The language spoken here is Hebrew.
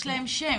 יש להם שם.